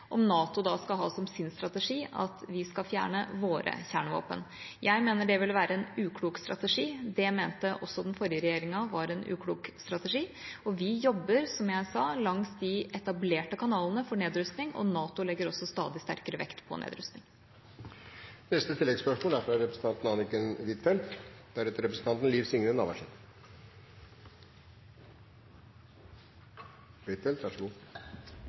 skal ha som sin strategi at vi skal fjerne våre kjernevåpen. Jeg mener det ville være en uklok strategi. Det mente også den forrige regjeringa var en uklok strategi. Vi jobber – som jeg sa – langs de etablerte kanalene for nedrustning. NATO legger også stadig sterkere vekt på nedrustning. Anniken Huitfeldt – til oppfølgingsspørsmål. Jeg synes nok at forsvarsministerens svar i denne saken er